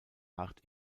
art